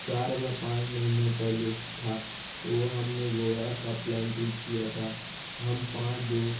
چار یا پانچ مہینوں پہلے تھا وہ ہم نے گوا کا پلان ٹرپ کیا تھا ہم پانچ دو